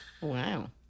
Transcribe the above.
Wow